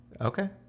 okay